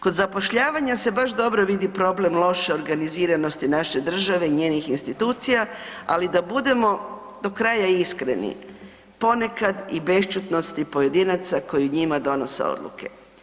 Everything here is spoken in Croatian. Kod zapošljavanja se baš dobro vidi problem loše organiziranosti naše države i njenih institucija ali da budemo do kraja iskreni, ponekad i bešćutnosti pojedinaca koji njima donose odluke.